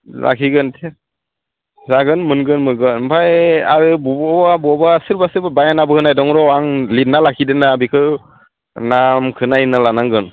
लाखिगोन जागोन मोनगोन मोनगोन ओमफाय आरो बबावबा बबावबा सोरबा सोरबा बाहेनाबो होनाय दं र' आं लिरना लाखिदोना बेखो नामखो नायना लानांगोन